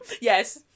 Yes